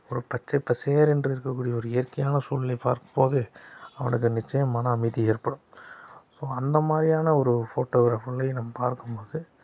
ஒரு பச்சை பசேலென்று இருக்கக்கூடிய இயற்கையான சூழ்நிலைய பார்க்கும் போது அவனுக்கு நிச்சயம் மன அமைதி ஏற்படும் அப்போது அந்தமாதிரியான ஒரு ஃபோட்டோகிராஃப்புகளை நம் பார்க்கும்போது